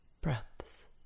breaths